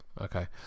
Okay